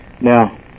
Now